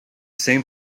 same